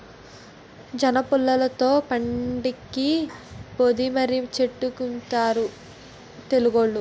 జనపుల్లలతో పండక్కి భోధీరిముట్టించుతారు తెలుగోళ్లు